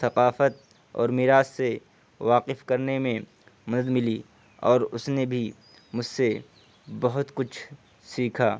ثقافت اور میراث سے واقف کرنے میں مدد ملی اور اس نے بھی مجھ سے بہت کچھ سیکھا